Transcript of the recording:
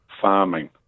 farming